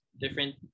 different